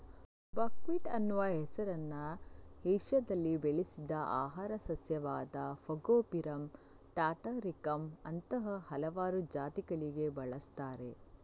buckwheat ಅನ್ನುವ ಹೆಸರನ್ನ ಏಷ್ಯಾದಲ್ಲಿ ಬೆಳೆಸಿದ ಆಹಾರ ಸಸ್ಯವಾದ ಫಾಗೋಪಿರಮ್ ಟಾಟಾರಿಕಮ್ ಅಂತಹ ಹಲವಾರು ಜಾತಿಗಳಿಗೆ ಬಳಸ್ತಾರೆ